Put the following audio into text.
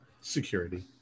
Security